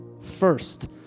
first